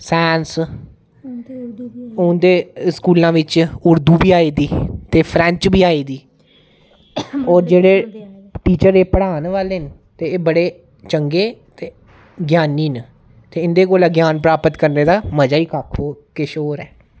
sense हून ते स्कूला बिच्च उर्दू बी आई दी ते फ्रैंच बी आई दी होर जेह्ड़े टीचर ऐ पढ़ा न वाले न ते एह् बड़े चंगे ते ज्ञानी न ते इं'दे कोला ज्ञान प्राप्त करने दा मज़ा ही क किश होर ऐ